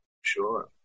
sure